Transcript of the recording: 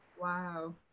Wow